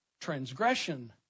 transgression